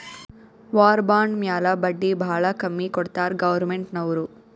war bond ಮ್ಯಾಲ ಬಡ್ಡಿ ಭಾಳ ಕಮ್ಮಿ ಕೊಡ್ತಾರ್ ಗೌರ್ಮೆಂಟ್ನವ್ರು